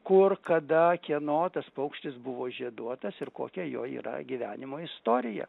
kur kada kieno tas paukštis buvo žieduotas ir kokia jo yra gyvenimo istorija